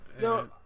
No